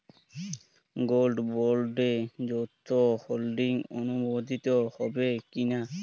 Gold বন্ডে যৌথ holding অনুমোদিত হবে কিনা?